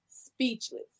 Speechless